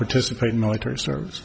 participate in military service